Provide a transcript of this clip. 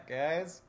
guys